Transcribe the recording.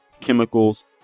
chemicals